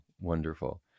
wonderful